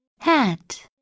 Hat